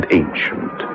ancient